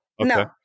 no